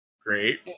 Great